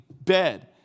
bed